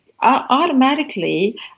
automatically